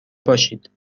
باشید